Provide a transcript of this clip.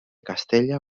castella